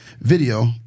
video